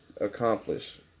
Accomplish